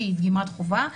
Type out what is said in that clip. שהיא דגימת חובה,